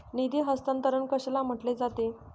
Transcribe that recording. निधी हस्तांतरण कशाला म्हटले जाते?